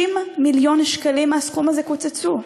30 מיליון שקלים מהסכום הזה קוצצו.